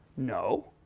no.